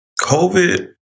COVID